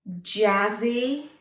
jazzy